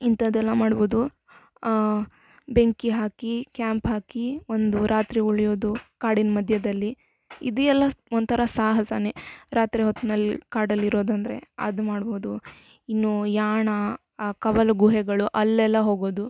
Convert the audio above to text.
ಇಂಥದೆಲ್ಲ ಮಾಡ್ಬೋದು ಬೆಂಕಿ ಹಾಕಿ ಕ್ಯಾಂಪ್ ಹಾಕಿ ಒಂದು ರಾತ್ರಿ ಉಳಿಯೋದು ಕಾಡಿನ ಮಧ್ಯದಲ್ಲಿ ಇದು ಎಲ್ಲ ಒಂಥರ ಸಾಹಸನೆ ರಾತ್ರಿ ಹೊತ್ನಲ್ಲಿ ಕಾಡಲ್ಲಿರೋದಂದರೆ ಅದು ಮಾಡ್ಬೋದು ಇನ್ನೂ ಯಾಣ ಆ ಕವಲು ಗುಹೆಗಳು ಅಲ್ಲೆಲ್ಲ ಹೋಗೋದು